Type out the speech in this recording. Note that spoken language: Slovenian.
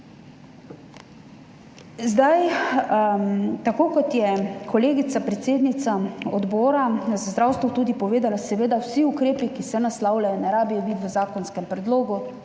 kje. Tako kot je kolegica, predsednica Odbora za zdravstvo tudi povedala, seveda vsi ukrepi, ki se naslavljajo, ne rabijo biti v zakonskem predlogu,